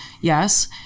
yes